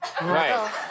Right